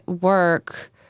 work